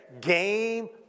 game